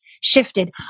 shifted